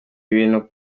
ibintu